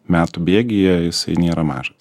metų bėgyje jisai nėra mažas